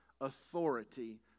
authority